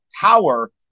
power